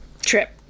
trip